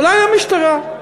אולי למשטרה.